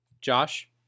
Josh